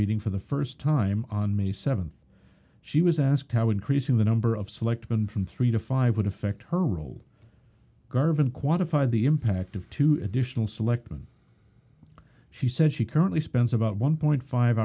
meeting for the first time on may seventh she was asked how increasing the number of selectmen from three to five would affect her role garvan quantify the impact of two additional selectman she said she currently spends about one point five